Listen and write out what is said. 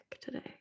today